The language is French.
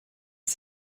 que